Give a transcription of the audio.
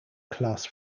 class